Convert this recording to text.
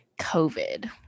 COVID